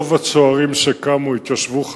רוב הצוערים שקמו התיישבו חזרה,